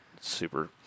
super –